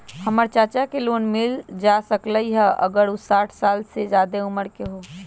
हमर चाचा के लोन मिल जा सकलई ह अगर उ साठ साल से जादे उमर के हों?